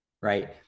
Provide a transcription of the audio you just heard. right